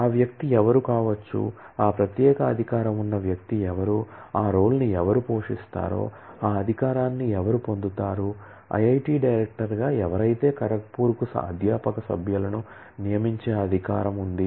ఆ వ్యక్తి ఎవరు కావచ్చు ఆ ప్రత్యేక అధికారం ఉన్న వ్యక్తి ఎవరు ఆ రోల్ ను ఎవరు పోషిస్తారో ఆ అధికారం ను ఎవరు పొందుతారు ఐఐటి డైరెక్టర్గా ఎవరైతే ఖరగ్పూర్కు అధ్యాపక సభ్యులను నియమించే అధికారం ఉంది